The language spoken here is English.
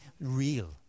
real